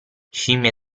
scimmie